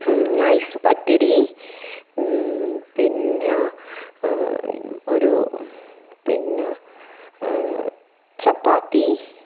ഉനൈസ് പത്തിരി പിന്നെ ഒരു പിന്നെ ചപ്പാത്തി